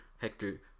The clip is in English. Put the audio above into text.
Hector